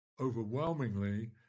overwhelmingly